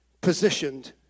positioned